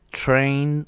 train